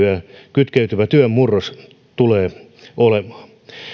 kytkeytyvä työn murros tulee olemaan